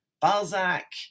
Balzac